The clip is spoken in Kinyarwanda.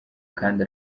kandi